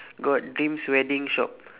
got dreams wedding shop